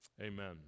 Amen